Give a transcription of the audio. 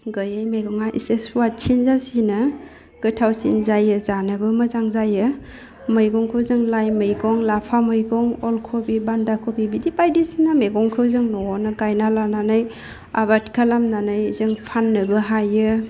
गैयै मैगङा एसे स्वादसिन जासिनो गोथावसिन जायो जानोबो मोजां जायो मैगंखौ जों लाइ मैगं लाफा मैगं अलखबि बान्दाखबि बिदि बायदिसिना मैगंखौ जों न'वावनो गायना लानानै आबाद खालामनानै जों फाननोबो हायो